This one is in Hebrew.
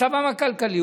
מצבם הכלכלי,